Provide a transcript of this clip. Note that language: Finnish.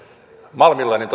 malmilla niin